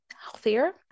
healthier